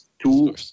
Two